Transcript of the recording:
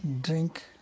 drink